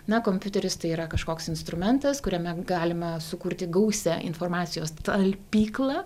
na kompiuteris tai yra kažkoks instrumentas kuriame galima sukurti gausią informacijos talpyklą